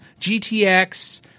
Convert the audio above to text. GTX